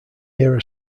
era